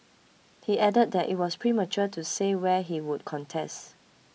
he added that it was premature to say where he would contest